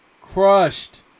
crushed